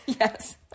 Yes